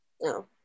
no